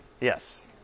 Yes